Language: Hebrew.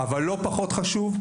אבל לא פחות חשוב,